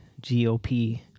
GOP